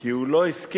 כי הוא לא הסכים